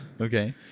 Okay